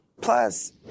Plus